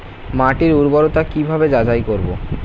মাটির উর্বরতা কি ভাবে যাচাই করব?